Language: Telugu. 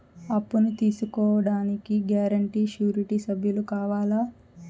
అప్పును తీసుకోడానికి గ్యారంటీ, షూరిటీ సభ్యులు కావాలా?